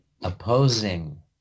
opposing